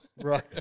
Right